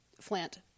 Flint